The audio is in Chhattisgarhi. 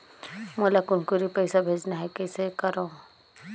मोला कुनकुरी पइसा भेजना हैं, कइसे करो?